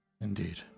Indeed